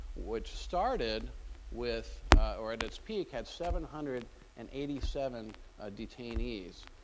which started with or at its peak had seven hundred and eighty seven ah detainees.